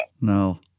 No